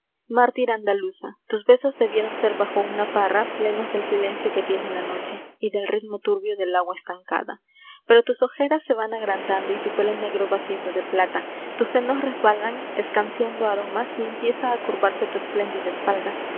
mártir andaluza tus besos debieron ser bajo una parra p i píenos del silencio que tiene la noche y del ritmo turbio del agua estancada pero tus ojeras se van agrandando y tu pelo negro va siendo de plata tus senos resbalan escanciando aromas y empieza a curvarse tu espléndida espalda